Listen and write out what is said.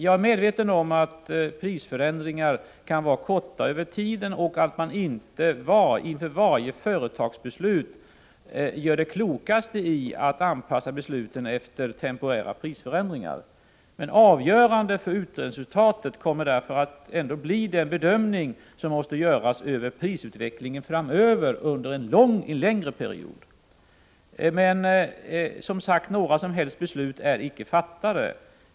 Jag är medveten om att prisförändringar kan vara kortvariga och man gör klokast i att inte anpassa varje företagsbeslut efter temporära prisförändringar. Avgörande för slutresultatet kommer att bli den bedömning som måste göras av prisutvecklingen under en längre period framöver. Men inga som helst beslut är fattade.